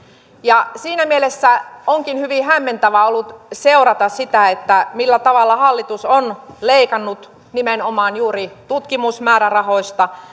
ja siinä mielessä onkin hyvin hämmentävää ollut seurata sitä millä tavalla hallitus on leikannut nimenomaan juuri tutkimusmäärärahoista